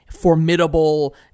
formidable